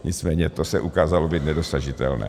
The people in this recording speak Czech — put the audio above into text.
Nicméně to se ukázalo být nedosažitelné.